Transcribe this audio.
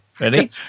ready